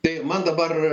tai man dabar